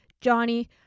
johnny